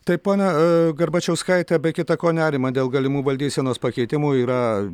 taip ponia garbačiauskaite be kita ko nerimą dėl galimų valdysenos pakeitimų yra